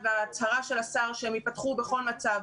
וההצהרה של השר שהם יפתחו בכל מצב,